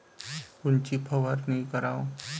कोनची फवारणी कराव?